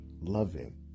loving